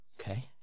Okay